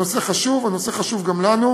הנושא חשוב, הנושא חשוב גם לנו,